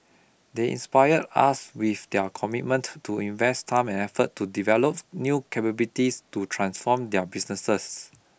they inspire us with their commitment to invest time and effort to develop new capabilities to transform their businesses